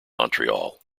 montreal